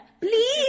please